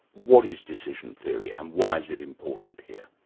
what is decision theory and why is it important here?